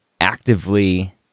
actively